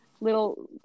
little